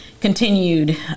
continued